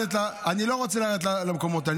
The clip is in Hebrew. אני לא רוצה לרדת למקומות האלה.